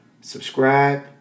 subscribe